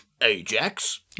Ajax